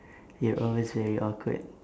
you are always very awkward